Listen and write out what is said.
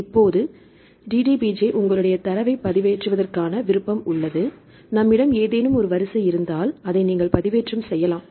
இப்போது DDBJ உங்களுடைய தரவைப் பதிவேற்றுவதற்கான விருப்பம் உள்ளது நம்மிடம் ஏதேனும் வரிசை இருந்தால் அதை நீங்கள் பதிவேற்றம் செய்யலாம்